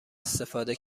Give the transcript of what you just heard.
استفاده